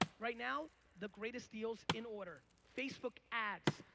right now, the greatest deals in order facebook ads,